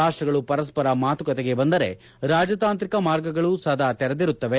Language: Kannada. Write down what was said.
ರಾಷ್ಟಗಳು ಪರಸ್ಪರ ಮಾತುಕತೆಗೆ ಬಂದರೆ ರಾಜತಾಂತ್ರಿಕ ಮಾರ್ಗಗಳು ಸದಾ ತೆರೆದಿರುತ್ತವೆ